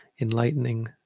enlightening